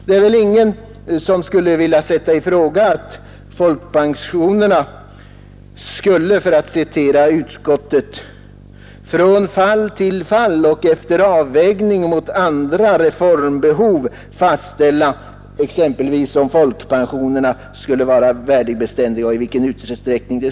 Det är väl ingen som vill sätta i fråga att man skulle, för att citera utskottet, ”från fall till fall och efter avvägning mot andra reformbehov” fastställa exempelvis om folkpensionerna skall vara värdebeständiga och i vilken utsträckning.